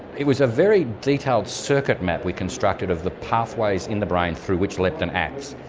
it was a very detailed circuit map we constructed of the pathways in the brain through which leptin acts,